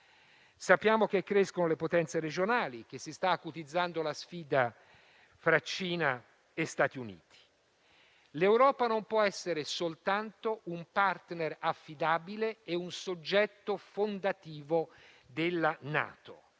Sappiamo che crescono le potenze regionali e che si sta acutizzando la sfida fra Cina e Stati Uniti. L'Europa non può essere soltanto un *partner* affidabile e un soggetto fondativo della NATO,